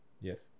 Yes